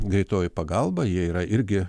greitoji pagalba jie yra irgi